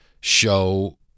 show